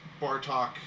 Bartok